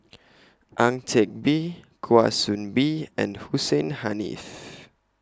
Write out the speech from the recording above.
Ang Teck Bee Kwa Soon Bee and Hussein Haniff